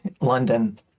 London